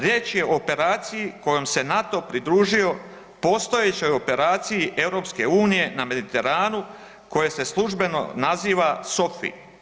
Riječ je o operaciji kojom se NATO pridružio postojećoj operaciji EU na Mediteranu koje se službeno naziva SOFI.